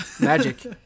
Magic